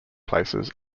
places